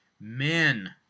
men